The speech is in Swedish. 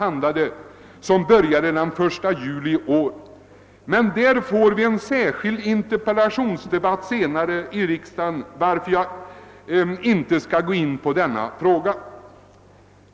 Bestämmelserna trädde i kraft den 1 juli i år. Vi kommer emellertid senare att få en särskild interpellationsdebatt härom i riksdagen, varför jag inte nu skall gå in på denna fråga.